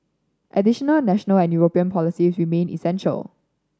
additional national and European policies remain essential